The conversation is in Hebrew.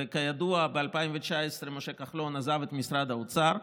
וכידוע, ב-2019 משה כחלון עזב את משרד האוצר.